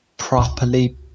properly